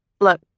Look